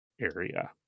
area